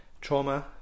trauma